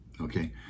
Okay